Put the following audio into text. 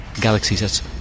galaxies